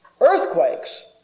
earthquakes